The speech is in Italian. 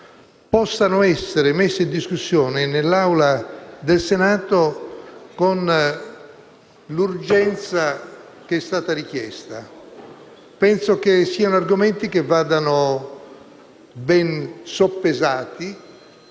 possano essere messi in discussione nell'Aula del Senato con l'urgenza che è stata richiesta. Penso che si tratti di argomenti che debbano essere ben soppesati,